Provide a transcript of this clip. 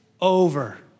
over